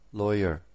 lawyer